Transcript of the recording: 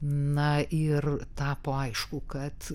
na ir tapo aišku kad